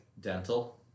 dental